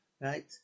right